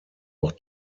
auch